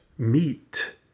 meet